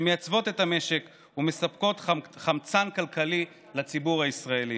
שמייצבות את המשק ומספקות חמצן כלכלי לציבור הישראלי.